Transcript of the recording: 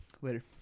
Later